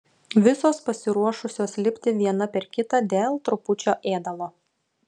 visos pasiruošusios lipti viena per kitą dėl trupučio ėdalo